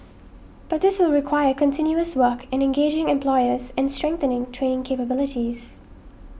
but this will require continuous work in engaging employers and strengthening training capabilities